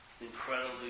incredibly